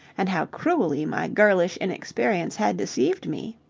and how cruelly my girlish inexperience had deceived me.